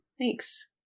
Thanks